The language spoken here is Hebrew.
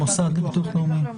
שזה המוסד לביטוח לאומי.